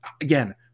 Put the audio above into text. Again